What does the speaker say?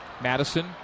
Madison